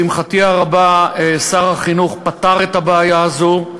לשמחתי הרבה, שר החינוך פתר את הבעיה הזו.